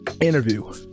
interview